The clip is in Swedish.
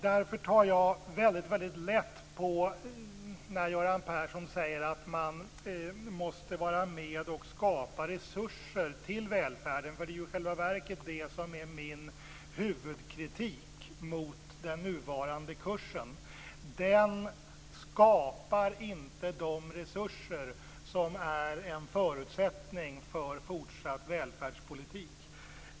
Därför tar jag väldigt lätt på när Göran Persson säger att man måste vara med och skapa resurser till välfärden, för det är i själva verket det som är min huvudkritik mot den nuvarande kursen. Den skapar inte de resurser som är en förutsättning för fortsatt välfärdspolitik.